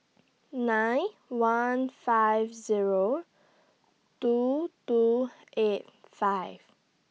nine one five Zero two two eight five